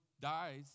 dies